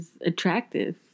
attractive